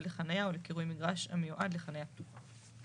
לחניה או לקירוי מגרש המיועד לחניה פתוחה".